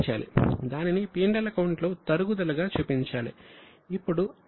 దానిని P L అకౌంట్లో తరుగుదలగా చూపించాలి